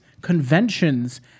conventions